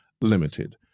Limited